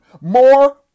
more